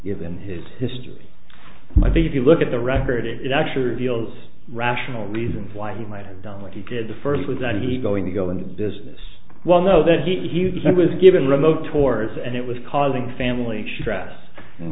given his history i think if you look at the record it actually reveals rational reasons why he might have done what he did the first was that he going to go into business well know that he was given remote tours and it was causing family shrouds and